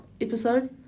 episode